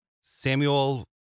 Samuel